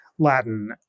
latin